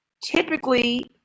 typically